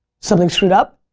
something screwed up?